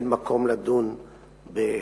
אין מקום לדון בחנינות.